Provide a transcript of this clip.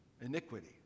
iniquity